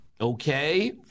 Okay